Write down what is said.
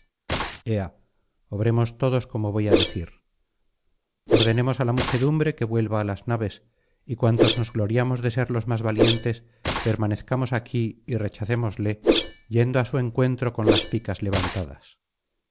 obremos todos como voy á decir ordenemos á la muchedumbre que vuelva á las naves y cuantos nos gloriamos de ser los más valientes permanezcamos aquí y rechacémosle yendo á su encuentro con las picas levantadas